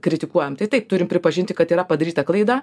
kritikuojam tai taip turim pripažinti kad yra padaryta klaida